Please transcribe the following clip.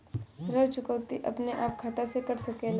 ऋण चुकौती अपने आप खाता से कट सकेला?